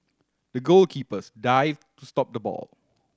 the goalkeepers dived to stop the ball